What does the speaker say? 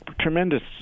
tremendous